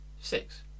Six